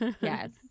Yes